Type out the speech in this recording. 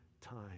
time